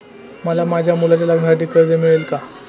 मला माझ्या मुलाच्या लग्नासाठी कर्ज मिळेल का?